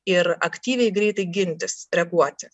ir aktyviai greitai gintis reaguoti